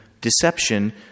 deception